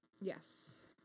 Yes